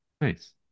nice